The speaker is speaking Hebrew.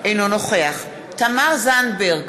אינו נוכח תמר זנדברג,